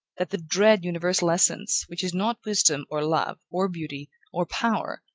that the dread universal essence, which is not wisdom, or love, or beauty, or power,